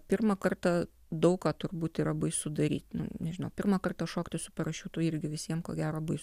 pirmą kartą daug ką turbūt yra baisu daryti nu nežinau pirmą kartą šokti su parašiutu irgi visiems ko gero baisu